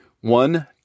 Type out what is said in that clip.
One